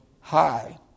high